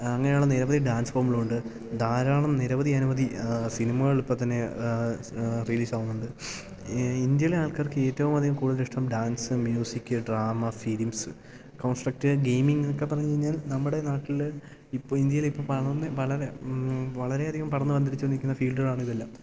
അങ്ങനെയുള്ള നിരവധി ഡാൻസ് ഫോമുകളുണ്ട് ധാരാളം നിരവധി അനവദി സിനിമകൾ ഇപ്പത്തന്നെ റിലീസ് ആവുന്നുണ്ട് ഇന്ത്യയിലെ ആൾക്കാർക്ക് ഏറ്റവും അധികം കൂടുതൽ ഇഷ്ടം dance music drama films construct gaming ഒക്കെ പറഞ്ഞ് കഴിഞ്ഞാൽ നമ്മുടെ നാട്ടിൽ ഇപ്പം ഇന്ത്യയിലിപ്പം പടര്ന്ന് വളരെ വളരെയധികം പടര്ന്ന് പന്തലിച്ച് വന്നിരിക്കുന്ന ഫീൽഡ്കളാണ് ഇതെല്ലാം